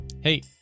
Hey